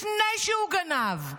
לפני שהוא גנב.